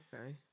Okay